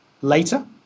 later